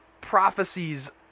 prophecies